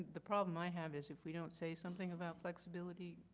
the problem i have is if we don't say something about flexibility,